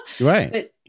Right